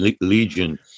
legion